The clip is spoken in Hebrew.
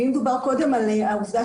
ואם דובר קודם על העובדה